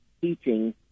teaching